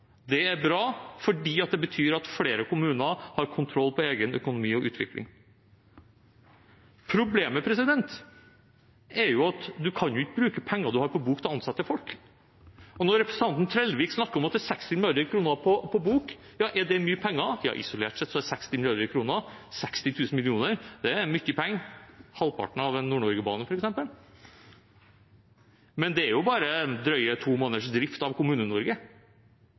egen økonomi og utvikling. Problemet er at man ikke kan bruke penger man har på bok, til å ansette folk. Representanten Trellevik snakker om at det er 60 mrd. kr på bok. Er det mye penger? Ja, isolert sett er 60 mrd. kr, 60 000 mill. kr, mye penger – det er f.eks. halvparten av en Nord-Norgebane – men det er bare drøye to måneders drift av